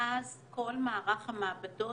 מאז כל מערך המעבדות